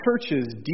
churches